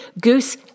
goose